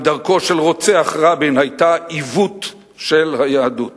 גם דרכו של רוצח רבין היתה עיוות של היהדות.